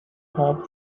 hub